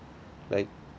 like